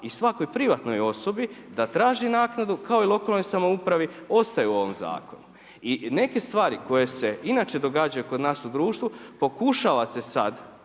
i svakoj privatnoj osobi da traži naknadu kao i lokalnoj samoupravi ostaje u ovom zakonu. I neke stvari koje se inače događaju kod nas u društvu pokušava se sa